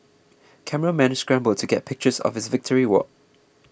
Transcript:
cameramen scramble to get pictures of his victory walk